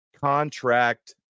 contract